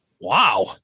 Wow